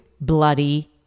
bloody